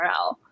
URL